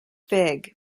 big